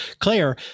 Claire